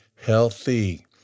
healthy